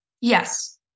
Yes